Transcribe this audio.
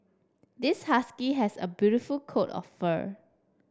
this husky has a beautiful coat of fur